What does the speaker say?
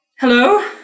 Hello